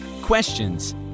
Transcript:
questions